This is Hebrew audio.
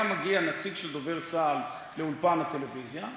היה מגיע נציג של דובר צה"ל לאולפן הטלוויזיה,